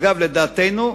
אגב, לדעתנו,